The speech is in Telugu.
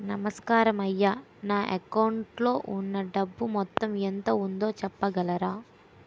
నమస్కారం అయ్యా నా అకౌంట్ లో ఉన్నా డబ్బు మొత్తం ఎంత ఉందో చెప్పగలరా?